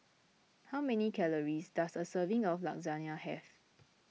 how many calories does a serving of Lasagna have